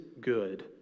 good